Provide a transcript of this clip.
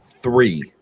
Three